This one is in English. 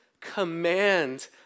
command